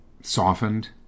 softened